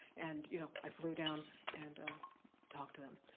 and you know i flew down and talked to them.